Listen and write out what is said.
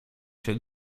się